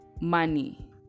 money